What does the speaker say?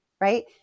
right